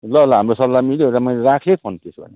ल ल हाम्रो सल्लाह मिल्यो र मैले राखैँ है फोन त्यसो भने